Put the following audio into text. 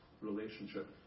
relationship